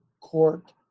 Court